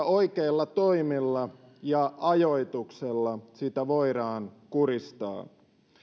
oikeilla toimilla ja ajoituksella sitä voidaan kuristaa